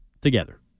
together